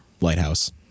Lighthouse